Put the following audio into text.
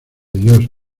dios